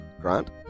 Grant